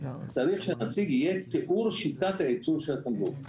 צריך שיהיה תיאור שיטת הייצור של התמרוק.